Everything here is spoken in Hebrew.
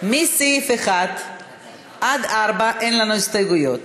סעיפים 1 4, אין לנו הסתייגות.